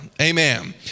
amen